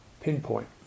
pinpoint